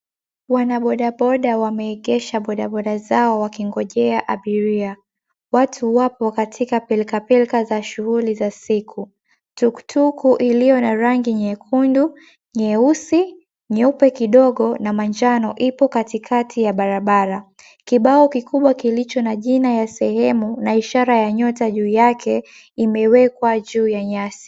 Wana bodaboda wameekesha bodaboda zao wakingojea abiria watu wapo katika pilkapilka za shughuli za siku tuktuku iliyo na rangi nyekundu, nyeusi, nyeupe kidogo na manjano ipo katika ya barabara kibao kikubwa kilicho na jina la sehemu na ishara ya nyota juu yake imewekwa juu ya nyasi.